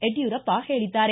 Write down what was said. ಯಡ್ಕೂರಪ್ಪ ಹೇಳಿದ್ದಾರೆ